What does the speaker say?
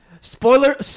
Spoiler